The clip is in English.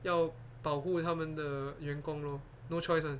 要保护他们的员工 lor no choice lah